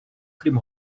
крім